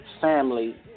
family